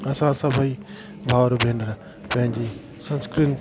असां सभई भाउर भेनर पंहिंजी संस्कृति